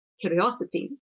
curiosity